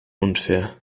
unfair